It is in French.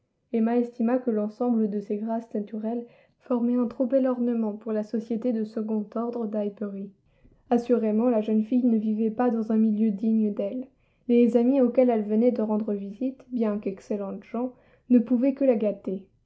emma estima que l'ensemble de ces grâces naturelles formait un trop bel ornement pour la société de second ordre d'highbury assurément la jeune fille ne vivait pas dans un milieu digne d'elle les amis auxquels elle venait de rendre visite bien qu'excellentes gens ne pouvaient que la gâter